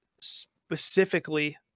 specifically